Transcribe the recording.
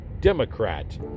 democrat